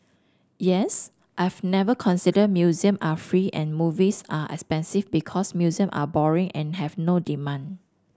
yes I've never considered museum are free and movies are expensive because museum are boring and have no demand